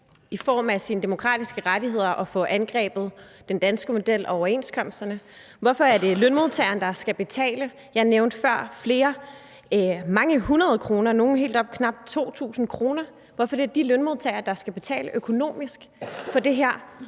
i form af sine demokratiske rettigheder og at få angrebet den danske model og overenskomsterne? Hvorfor er det lønmodtageren, der skal betale, jeg nævnte før mange hundrede kroner, nogle helt op til knap 2.000 kr.? Hvorfor er det de lønmodtagere, der skal betale økonomisk for det her,